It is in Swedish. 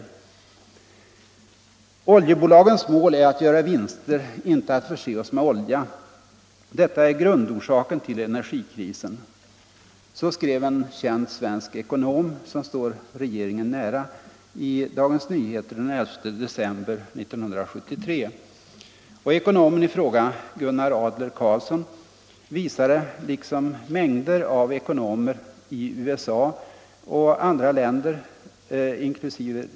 ”Oljebolagens mål är att göra vinster, ej att förse oss med olja. Detta är grundorsaken till energikrisen.” Så skrev en känd svensk ekonom, som står regeringen nära, i Dagens Nyheter den 11 december 1973. Och ekonomen i fråga, Gunnar Adler-Karlsson, visade liksom ett stort antal ekonomer i USA och andra länder inkl.